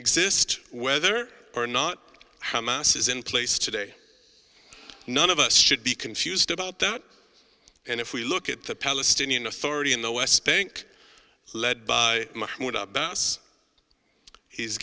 exist whether or not how mass is in place today none of us should be confused about that and if we look at the palestinian authority in the west bank led by mahmoud abbas he's